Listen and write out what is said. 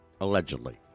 Allegedly